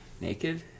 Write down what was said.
Naked